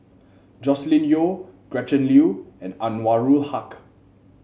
Joscelin Yeo Gretchen Liu and Anwarul Haque